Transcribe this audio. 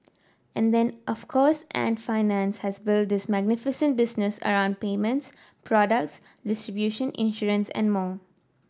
and then of course Ant Financial has built this magnificent business around payments product distribution insurance and more